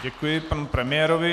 Děkuji panu premiérovi.